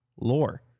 lore